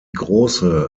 große